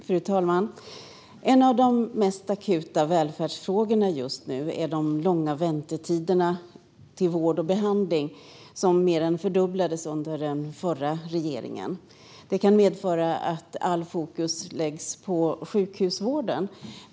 Fru talman! En av de mest akuta välfärdsfrågorna just nu är de långa väntetiderna till vård och behandling, som mer än fördubblades under den förra regeringen. Det kan medföra att allt fokus läggs på sjukhusvården.